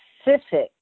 specific